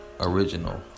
Original